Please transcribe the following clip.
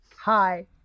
hi